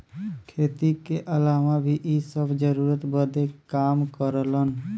खेती के अलावा भी इ सब जरूरत बदे काम करलन